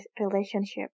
relationship